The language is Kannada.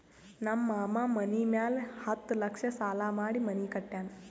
ನಮ್ ಮಾಮಾ ಮನಿ ಮ್ಯಾಲ ಹತ್ತ್ ಲಕ್ಷ ಸಾಲಾ ಮಾಡಿ ಮನಿ ಕಟ್ಯಾನ್